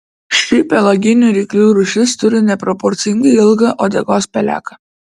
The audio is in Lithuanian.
ši pelaginių ryklių rūšis turi neproporcingai ilgą uodegos peleką